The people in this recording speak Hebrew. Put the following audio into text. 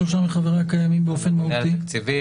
זה הממונה על התקציבים,